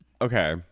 Okay